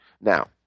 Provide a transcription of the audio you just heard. Now